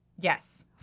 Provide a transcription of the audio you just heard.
Yes